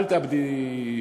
אל תאבדי.